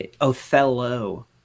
Othello